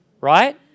right